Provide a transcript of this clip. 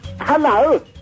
Hello